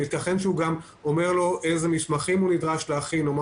ייתכן שהוא גם אומר לו איזה מסמכים הוא נדרש להכין ומה